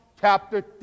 chapter